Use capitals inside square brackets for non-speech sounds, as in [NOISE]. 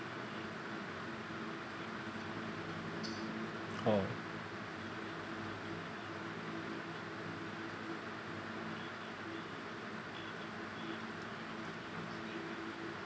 [NOISE] orh